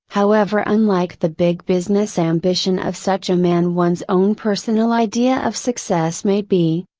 however unlike the big business ambition of such a man one's own personal idea of success may be,